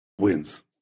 wins